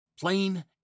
Plain